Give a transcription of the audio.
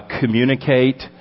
communicate